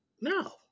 No